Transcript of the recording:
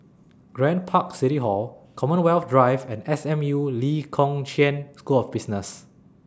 Grand Park City Hall Commonwealth Drive and S M U Lee Kong Chian School of Business